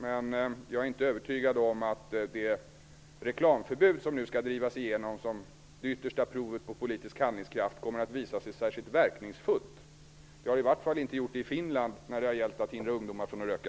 Men jag är inte övertygad om att det reklamförbud som nu skall drivas igenom som det yttersta provet på politisk handlingskraft kommer att visa sig särskilt verkningsfullt. Det har det i varje fall inte gjort i Finland när det gäller att hindra ungdomar från att röka.